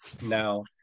now